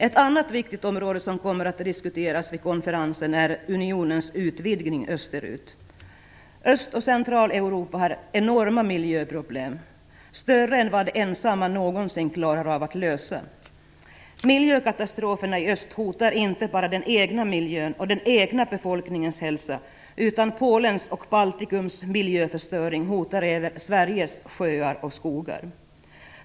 Ett annat viktigt område som kommer att diskuteras vid konferensen är unionens vidgning österut. Östoch Centraleuropa har enorma miljöproblem, större än vad de ensamma någonsin klarar av att lösa. Miljökatastroferna i öst hotar inte bara den egna miljön och den egna befolkningens hälsa. Polens och Baltikums miljöförstöring hotar även Sveriges sjöar och skogar.